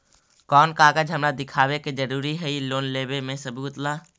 कौन कागज हमरा दिखावे के जरूरी हई लोन लेवे में सबूत ला?